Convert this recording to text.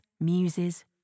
muses